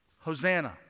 hosanna